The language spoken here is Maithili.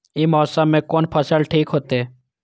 ई मौसम में कोन फसल ठीक होते?